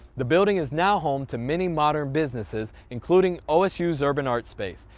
the building is now home to many modern businesses including osu's urban art space.